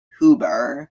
huber